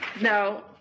No